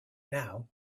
now